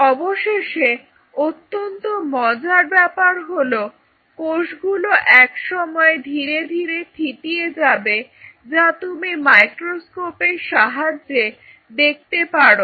অবশেষে অত্যন্ত মজার ব্যাপার হলো কোষগুলো একসময় ধীরে ধীরে থিতিয়ে যাবে যা তুমি মাইক্রোস্কোপের সাহায্যে দেখতে পারো